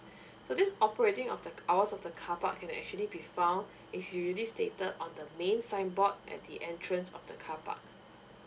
so this operating of the hours of the carpark it can actually be found is usually stated on the main signboard at the entrance of the carpark